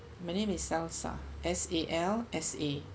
my name is salsa S A L S A